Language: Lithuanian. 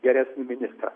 geresnį ministrą